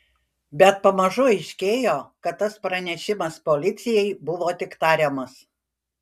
bet pamažu aiškėjo kad tas pranešimas policijai buvo tik tariamas